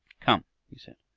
come, he said,